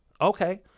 Okay